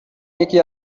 یکی